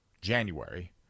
January